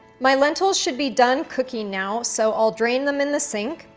my lentils should be done cooking now, so i'll drain them in the sink.